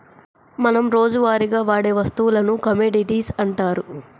మనం రోజువారీగా వాడే వస్తువులను కమోడిటీస్ అంటారు